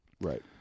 Right